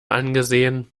angesehen